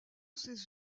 ses